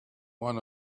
one